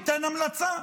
תן המלצה,